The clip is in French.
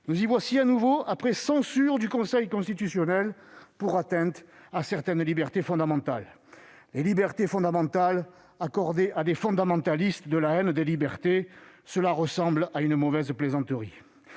Nous y voici de nouveau, après censure du Conseil constitutionnel pour atteinte à certaines libertés fondamentales ! Les libertés fondamentales accordées à des fondamentalistes de la haine des libertés ... Cela ressemble à une mauvaise plaisanterie.